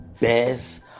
best